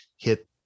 hit